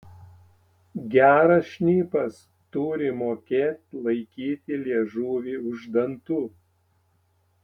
geras šnipas turi mokėt laikyti liežuvį už dantų